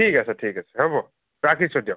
ঠিক আছে ঠিক আছে হ'ব ৰাখিছোঁ দিয়ক